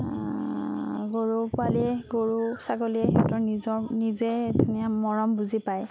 গৰু পোৱালিয়ে গৰু ছাগলীয়ে সিহঁতৰ নিজৰ নিজে ধুনীয়া মৰম বুজি পায়